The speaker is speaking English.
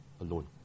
alone